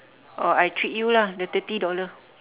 or I treat you lah the thirty dollar